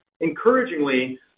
Encouragingly